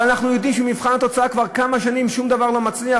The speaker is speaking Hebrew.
אבל אנחנו יודעים שבמבחן התוצאה כבר כמה שנים שום דבר לא מצליח,